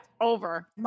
over